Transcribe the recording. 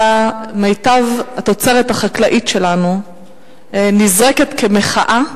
מיטב התוצרת החקלאית שלנו נזרקת כמחאה,